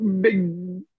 big